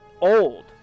old